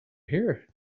here